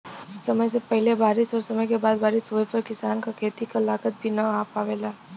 समय से पहिले बारिस और समय के बाद बारिस होवे पर किसान क खेती क लागत भी न आ पावेला